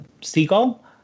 seagull